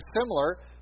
similar